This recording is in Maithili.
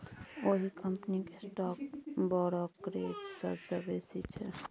ओहि कंपनीक स्टॉक ब्रोकरेज सबसँ बेसी छै